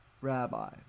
rabbi